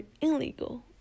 illegal